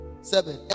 seven